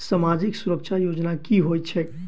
सामाजिक सुरक्षा योजना की होइत छैक?